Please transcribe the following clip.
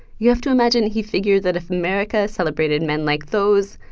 you have to imagine he figured that if america celebrated men like those,